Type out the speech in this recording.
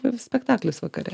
ir spektaklis vakare